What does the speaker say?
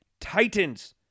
Titans